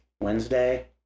Wednesday